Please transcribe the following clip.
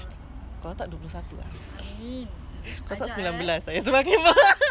man oh no